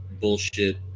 bullshit